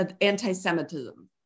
anti-Semitism